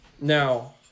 Now